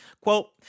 Quote